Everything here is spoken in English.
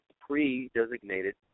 pre-designated